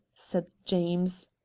said james.